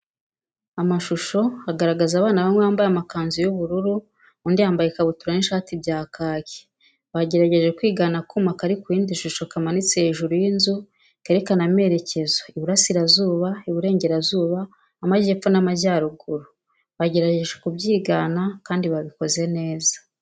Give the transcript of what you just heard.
Amashusho agaragaza abana bamwe bambaye amakanzu y'ubururu undi yambaye ikabutura n' ishati bya kaki, bagerageje kwigana akuma kari ku yindi shusho kamanitse hejuru y'inzu kerekana amerekezo Iburasirazuba, Iburengerazuba, Amajyepfo n'Amajyaruguru. Bagerageje kubyigana Kandi nabikoze neza